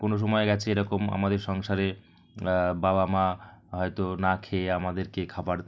কোনও সময় গেছে এরকম আমাদের সংসারে বাবা মা হয়তো না খেয়ে আমাদেরকে খাবার